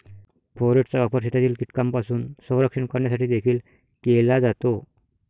फोरेटचा वापर शेतातील कीटकांपासून संरक्षण करण्यासाठी देखील केला जातो